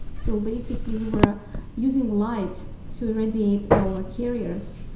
so basically we were ah using light to radiate our carriers.